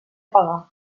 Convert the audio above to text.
pagar